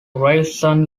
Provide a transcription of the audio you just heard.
ryerson